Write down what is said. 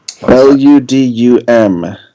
L-U-D-U-M